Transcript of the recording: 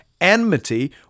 enmity